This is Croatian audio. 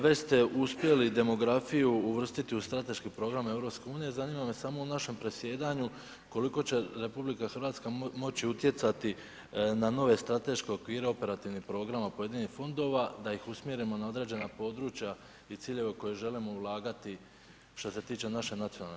Već ste uspjeli demografiju uvrstiti u strateški program EU zanima me samo u našem predsjedanju koliko će RH moći utjecati na nove strateške okvire operativnih programa pojedinih fondova da ih usmjerimo na određena područja i ciljeve u koje želimo ulagati šta se tiče naše nacionalne razine.